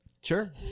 Sure